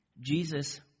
Jesus